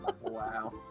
wow